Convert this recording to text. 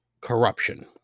corruption